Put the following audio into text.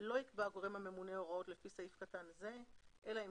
לא יקבע הגורם הממונה הוראות לפי סעיף קטן זה אלא אם